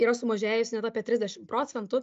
yra sumažėjusi net apie trisdešimt procentų